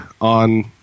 on